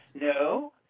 No